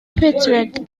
pittsburgh